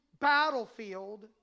battlefield